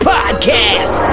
Podcast